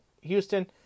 Houston